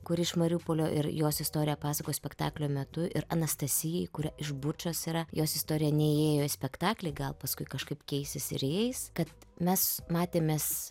kuri iš mariupolio ir jos istoriją pasakos spektaklio metu ir anastasijai kuri iš bučos yra jos istorija neįėjo į spektaklį gal paskui kažkaip keisis ir įeis kad mes matėmės